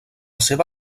seva